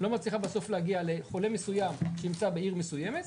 לא מצליחה בסוף להגיע לחולה מסוים שנמצא בעיר מסוימת,